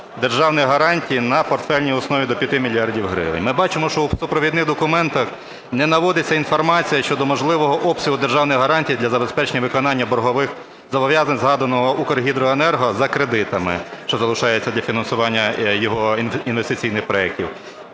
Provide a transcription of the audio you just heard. державних гарантій на портфельній основі до 5 мільярдів гривень. Ми бачимо, що у супровідних документах не наводиться інформація щодо можливого обсягу державних гарантій для забезпечення виконання боргових зобов'язань згаданого "Укргідроенерго" за кредитами, що залишаються для фінансування його інвестиційних проектів.